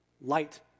light